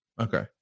Okay